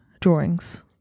drawings